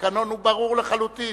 התקנון הוא ברור לחלוטין.